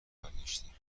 برگشتی